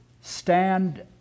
stand